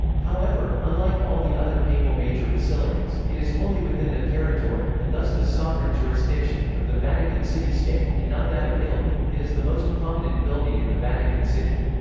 however, unlike all the other papal major basilicas, it is wholly within the territory, and thus the sovereign jurisdiction, of the vatican city state, and not that of italy it is the most prominent building in the vatican city.